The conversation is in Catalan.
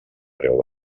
preu